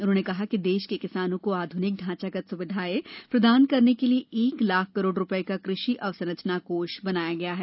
उन्होंने कहा कि देश के किसानों को आधुनिक ढांचागत सुविधाएं प्रदान करने के लिए एक लाख करोड़ रूपये का कृषि अवसंरचना कोष बनाया गया है